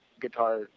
guitar